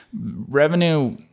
revenue